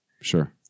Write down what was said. Sure